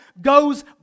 goes